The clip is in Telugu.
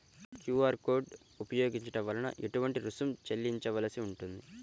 క్యూ.అర్ కోడ్ ఉపయోగించటం వలన ఏటువంటి రుసుం చెల్లించవలసి ఉంటుంది?